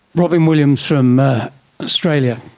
robyn williams from australia.